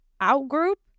Out-group